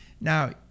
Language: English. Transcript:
now